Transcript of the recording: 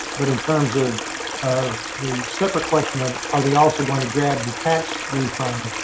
but in terms of of the separate question of are they also going to grab the tax refund,